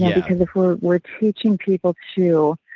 because if we're we're teaching people to